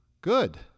good